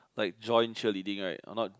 like join cheerleading right or not